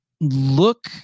look